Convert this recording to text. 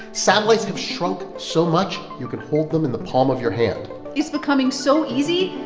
satellites have shrunk so much you can hold them in the palm of your hand it's becoming so easy,